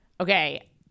Okay